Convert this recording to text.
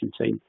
team